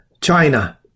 China